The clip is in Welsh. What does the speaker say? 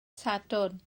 sadwrn